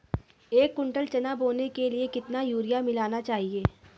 एक कुंटल चना बोने के लिए कितना यूरिया मिलाना चाहिये?